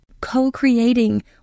co-creating